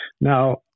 Now